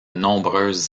nombreuses